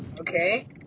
okay